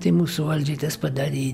tai mūsų valdžiai tas padarė